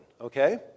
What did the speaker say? okay